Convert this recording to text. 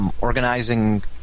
Organizing